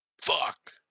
Fuck